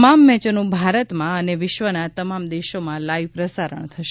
તમામ મેચોનું ભારતમાં અને વિશ્વના તમામ દેશોમાં લાઈવ પ્રસારણ થશે